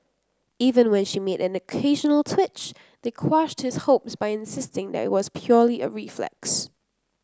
even when she made an occasional twitch they quashed his hopes by insisting that it was purely a reflex